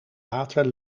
water